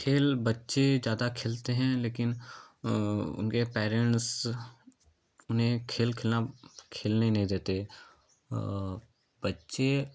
खेल बच्चे ज़्यादा खेलते हैं लेकिन उनके पैरेंट्स उन्हें खले खेलना खेलने नहीं देते बच्चे